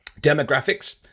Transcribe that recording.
demographics